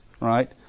right